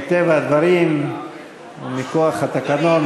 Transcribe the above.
מטבע הדברים ומכוח התקנון,